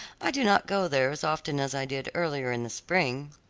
i do not go there as often as i did earlier in the spring.